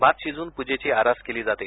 भात शिजवून पूजेची आरास केली जाते